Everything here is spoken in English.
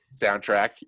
soundtrack